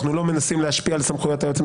אנחנו לא מנסים להשפיע על סמכויות היועץ,